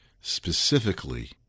specifically